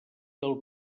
del